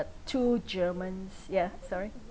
two germans yeah sorry